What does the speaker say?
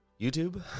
YouTube